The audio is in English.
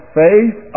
faith